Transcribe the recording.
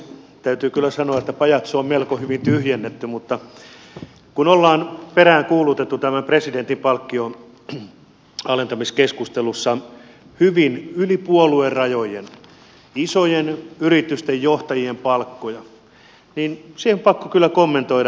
täytyy kyllä sanoa että pajatso on melko hyvin tyhjennetty mutta kun on peräänkuulutettu tämän presidentin palkkion alentamiskeskustelussa hyvin yli puoluerajojen isojen yritysten johtajien palkkoja niin siihen on pakko kyllä kommentoida